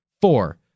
Four